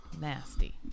Nasty